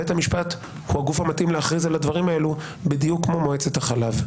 בית המשפט הוא הגוף המתאים להכריז על הדברים האלו בדיוק כמו מועצת החלב,